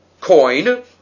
coin